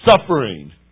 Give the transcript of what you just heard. suffering